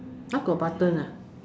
!huh! got button ah